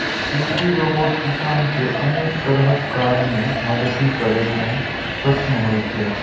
कृषि रोबोट किसान कें अनेक तरहक काज मे मदति करै मे सक्षम होइ छै